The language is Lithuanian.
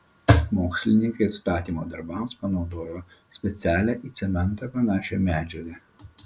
mokslininkai atstatymo darbams panaudojo specialią į cementą panašią medžiagą